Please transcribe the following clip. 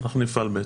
אנחנו נפעל בהתאם.